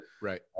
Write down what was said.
right